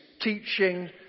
teaching